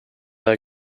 eye